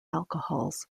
alcohols